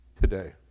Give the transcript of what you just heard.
today